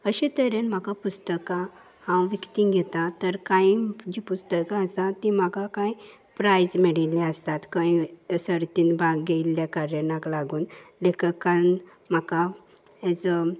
अशे तरेन म्हाका पुस्तकां हांव विकतीं घेता तर कांय जीं पुस्तकां आसात तीं म्हाका कांय प्रायज मेळिल्ली आसतात कय सर्तीन भाग घेयिल्ल्या कार्यणाक लागून लेखकान म्हाका एज अ